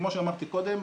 כמו שאמרתי קודם,